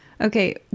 Okay